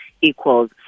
equals